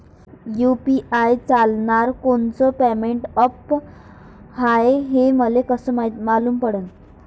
UPI चालणारं कोनचं payment app हाय, हे मले कस मालूम पडन?